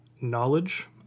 knowledge